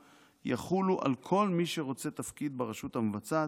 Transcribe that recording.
יחולו על כל מי שרוצה תפקיד ברשות המבצעת,